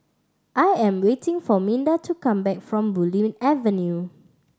I am waiting for Minda to come back from Bulim Avenue